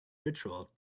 ritual